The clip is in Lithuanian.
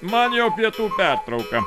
man jau pietų pertrauka